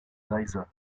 laser